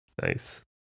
nice